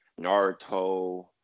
Naruto